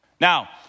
Now